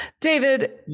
David